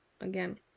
again